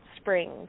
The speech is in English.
springs